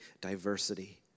diversity